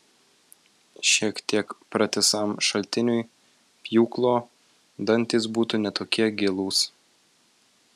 šiek tiek pratisam šaltiniui pjūklo dantys būtų ne tokie gilūs